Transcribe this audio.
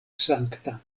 sankta